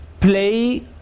play